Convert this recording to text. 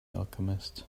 alchemist